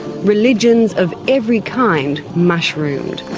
religions of every kind mushroomed